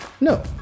No